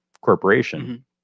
corporation